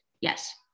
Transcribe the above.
yes